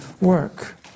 work